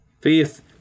faith